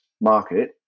market